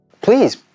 Please